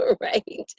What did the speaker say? Right